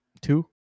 two